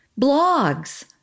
blogs